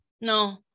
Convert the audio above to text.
No